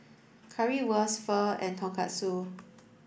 Currywurst Pho and Tonkatsu